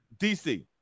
dc